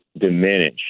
diminish